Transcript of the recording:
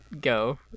go